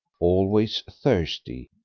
always thirsty,